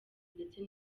ndetse